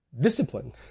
discipline